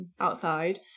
outside